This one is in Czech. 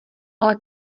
ale